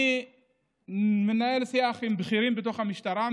אני מנהל שיח עם בכירים במשטרה,